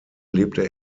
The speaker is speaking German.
lebte